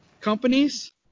companies